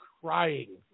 crying